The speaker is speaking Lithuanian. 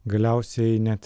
galiausiai net